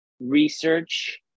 research